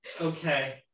okay